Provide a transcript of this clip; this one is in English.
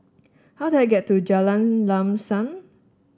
how do I get to Jalan Lam Sam